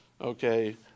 okay